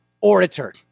orator